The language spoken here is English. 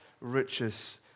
riches